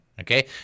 Okay